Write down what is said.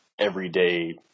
everyday